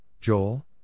Joel